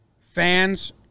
fans